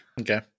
Okay